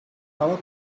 our